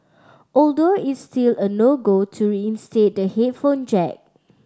although it's still a no go to reinstate the headphone jack